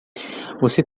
você